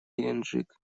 геленджик